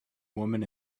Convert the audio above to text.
woman